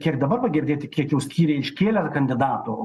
kiek dabar va girdėti kiek jau skyriai iškėlė kandidatų